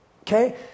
okay